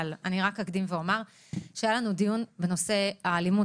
אבל רק אקדים ואומר שהיה לנו דיון בנושא האלימות